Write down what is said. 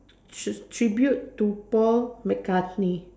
Tribute to Paul McCartney